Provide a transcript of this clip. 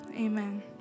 amen